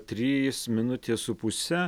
trys minutės su pusey